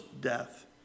death